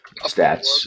stats